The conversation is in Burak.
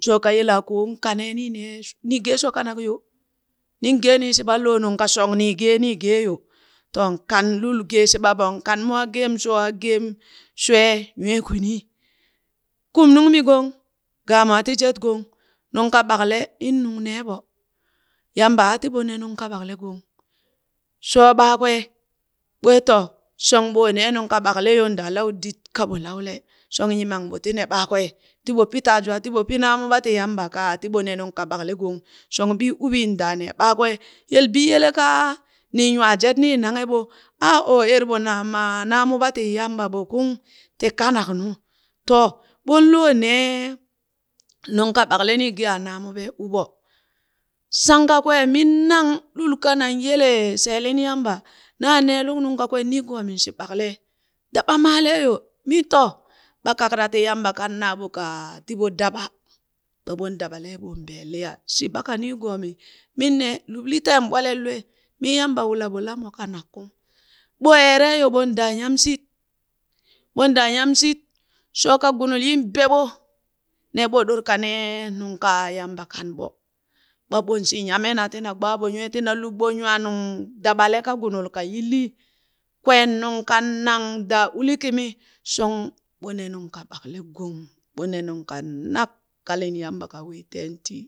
Shooka yelaakon ka nee nii nee nii gee shoo kanak yo, nin geeni shiɓan loo nungka shong nii gee nii gee yo, ton kan lul gee shiɓa ɓo kan mwaa geem shoo a geem shwe nywee kwini, kum nungmi gong, ga mwa ti jet gong nungka ɓaklen in nungnee ɓo, Yamba a ti mo ne nuŋ ka ɓakle gong shoo ɓakwee, ɓwee to shong ɓoo nee nungka ɓakle yo daa lawedit kaɓo lawele shong yimangɓo ti ne ɓakwee ti ɓo pi taa jwaa tiɓo pi naamuɓa ti yamba ka aa tiɓo ne nungka ɓakle gong shong ɓi uɓin daa nee ɓakwe yel biyele ka nin nywaajet nii nangheɓo aa o ere ɓo naa mat naamuɓa ti yamba ɓo kung ti kanak nu to ɓollo nee nungka ɓakle nii gee aa naamuɓee u ɓo, shankaween min nang lul kanan yele shee lin yamba naa ne luk nuŋ kakween niigoomin shi ɓakale daɓamaaleeyo, mii to ɓa kakra ti Yamba kan naa ɓo kaa ti ɓo daɓa ɓa bon daɓale ɓon been liya shi ɓaka niigoomi, min ne luɓli teen ɓwelen lwee mi Yamba wula ɓoo la mo ka nakkung ɓoo eereyo ɓon daa nyamshit, ɓon daa nyamshit, shooka gunul yin beɓo, nee ɓoo ɗor ka nee nungka Yamba kan ɓo, ɓa ɓonshi nyame na tina gbaaɓo nywee tina luɓɓon nywaa nungdaɓale ka gunul ka yillii, kween nung kan nang daa uli kimi shong ɓo ne nungka ɓakale gon, bo ne nungkanak ka lin Yamba ka wii teen tii.